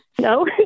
No